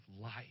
life